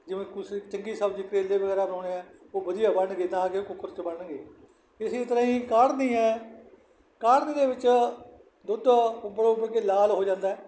ਜਿਵੇਂ ਕੁਛ ਚੰਗੀ ਸਬਜ਼ੀ ਕਰੇਲੇ ਵਗੈਰਾ ਬਣਾਉਣੇ ਹੈ ਉਹ ਵਧੀਆ ਬਣਨਗੇ ਨਾ ਕਿ ਕੁੱਕਰ 'ਚ ਬਣਨਗੇ ਇਸੇ ਤਰ੍ਹਾਂ ਹੀ ਕਾੜ੍ਹਨੀ ਹੈ ਕਾੜ੍ਹਨੀ ਦੇ ਵਿੱਚ ਦੁੱਧ ਉੱਬਲ ਉੱਬਲ ਕੇ ਲਾਲ ਹੋ ਜਾਂਦਾ ਹੈ